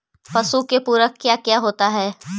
पशु के पुरक क्या क्या होता हो?